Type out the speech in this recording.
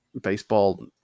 baseball